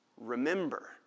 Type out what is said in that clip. Remember